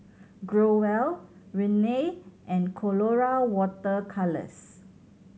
Growell Rene and Colora Water Colours